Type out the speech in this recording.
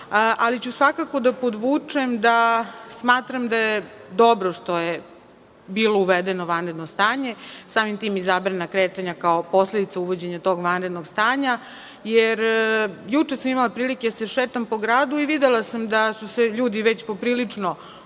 zemlji. Svakako ću da podvučem da smatram da je dobro što je bilo vanredno stanje, samim tim i zabrana kretanja, kao posledica uvođenja tog vanrednog stanja, jer juče sam imala prilike da se šetam po gradu i videla sam da su se ljudi već po prilično